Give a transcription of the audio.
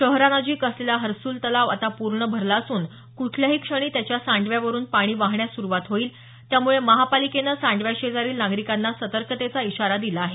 शहरानजिक असलेला हर्सुल तलाव आता पूर्ण भरला असून कुठल्याही क्षणी त्याच्या सांडव्यावरुन पाणी वाहण्यास सुरुवात होईल त्यामुळे महापालिकेनं सांडव्याशेजारील नागरिकांना सर्तकतेचा इशारा दिला आहे